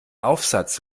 aufsatz